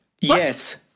Yes